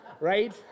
Right